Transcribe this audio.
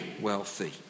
wealthy